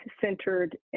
centered